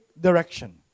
direction